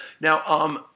Now